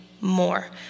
more